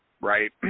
right